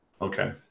Okay